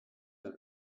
that